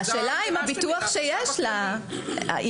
השאלה אם יש לה ביטוח,